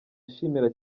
ashimira